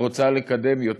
רוצה לקדם יותר?